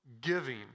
giving